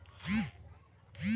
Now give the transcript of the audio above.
केहू के कुछ टूट फुट गईल त काहो जाई